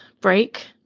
break